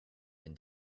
been